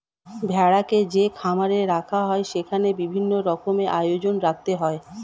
ভেড়াকে যে খামারে রাখা হয় সেখানে বিভিন্ন রকমের আয়োজন রাখতে হয়